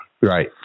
right